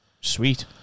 Sweet